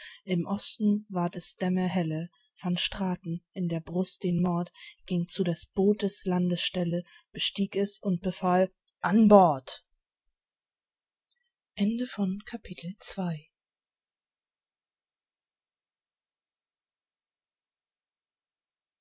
im osten ward es dämmerhelle van straten in der brust den mord ging zu des bootes landestelle bestieg es und befahl an bord